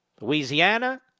Louisiana